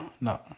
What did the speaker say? no